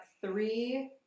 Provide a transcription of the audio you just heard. three